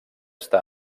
està